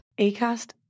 Acast